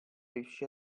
riuscì